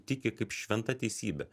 tiki kaip šventa teisybe